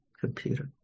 computer